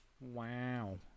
Wow